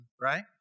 right